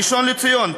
ראשון-לציון,